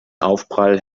aufprall